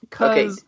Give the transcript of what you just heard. Okay